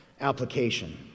application